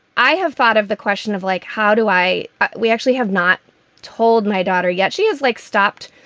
i have thought of the question of like, how do i we actually have not told my daughter yet. she has, like, stopped.